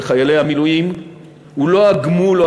לחיילי המילואים הוא לא הגמול או